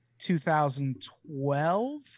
2012